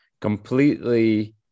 completely